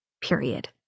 Period